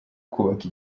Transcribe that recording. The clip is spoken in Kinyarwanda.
kubaka